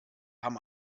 haben